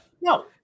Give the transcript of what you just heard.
no